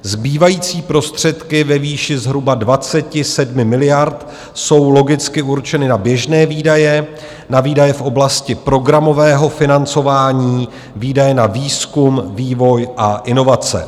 Zbývající prostředky ve výši zhruba 27 miliard jsou logicky určeny na běžné výdaje, na výdaje v oblasti programového financování, výdaje na výzkum, vývoj a inovace.